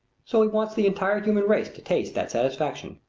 so he wants the entire human race to taste that satisfaction.